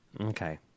Okay